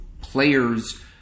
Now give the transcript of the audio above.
players